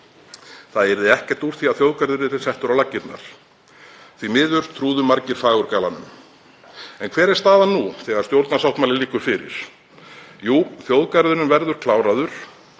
Það yrði ekkert úr því að þjóðgarður yrði settur á laggirnar. Því miður trúðu margir fagurgalanum. En hver er staðan nú þegar stjórnarsáttmáli liggur fyrir? Jú, þjóðgarðinum verður kláraður,